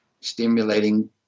stimulating